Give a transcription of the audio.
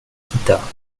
kita